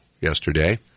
yesterday